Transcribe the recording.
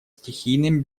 стихийным